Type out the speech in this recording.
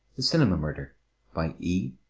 the cinema murder by e.